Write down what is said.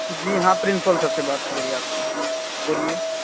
जी हाँ principal sir से बात हो रही है आपकी बोलिए